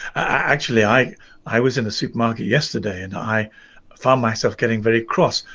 actually i i was in a supermarket yesterday and i found myself getting very cross.